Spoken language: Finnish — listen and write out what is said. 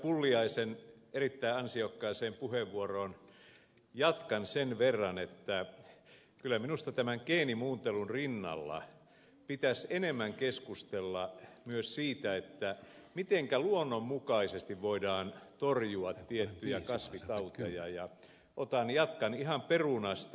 pulliaisen erittäin ansiokkaaseen puheenvuoroon jatkan sen verran että kyllä minusta tämän geenimuuntelun rinnalla pitäisi enemmän keskustella myös siitä mitenkä luonnonmukaisesti voidaan torjua tiettyjä kasvitauteja ja jatkan ihan perunasta